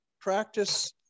practice